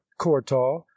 Cortal